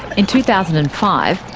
in two thousand and five,